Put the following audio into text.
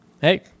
Hey